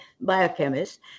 biochemist